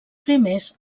primers